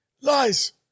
lies